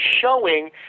showing